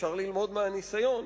אפשר ללמוד מהניסיון